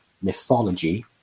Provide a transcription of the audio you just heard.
mythology